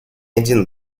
один